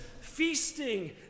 feasting